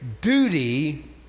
duty